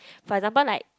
for example like